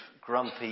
grumpy